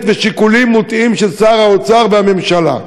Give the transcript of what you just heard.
ושיקולים מוטעים של שר האוצר ושל הממשלה.